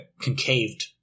concaved